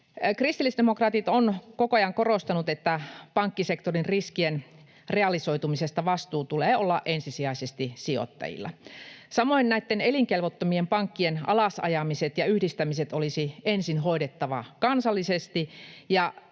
Kristillisdemokraatit on koko ajan korostanut, että vastuun pankkisektorin riskien realisoitumisesta tulee olla ensisijaisesti sijoittajilla. Samoin näitten elinkelvottomien pankkien alasajamiset ja yhdistämiset olisi ensin hoidettava kansallisesti,